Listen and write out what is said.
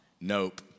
Nope